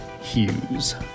Hughes